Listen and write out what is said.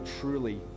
truly